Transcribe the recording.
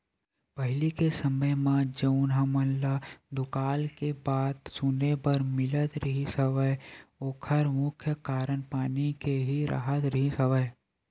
पहिली के समे म जउन हमन ल दुकाल के बात सुने बर मिलत रिहिस हवय ओखर मुख्य कारन पानी के ही राहत रिहिस हवय